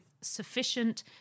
sufficient